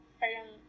parang